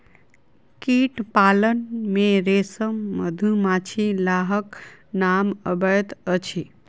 कीट पालन मे रेशम, मधुमाछी, लाहक नाम अबैत अछि